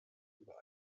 über